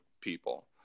people